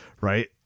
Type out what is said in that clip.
right